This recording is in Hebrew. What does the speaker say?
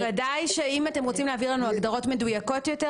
בוודאי שאם אתם רוצים להעביר לנו הגדרות מדויקות יותר,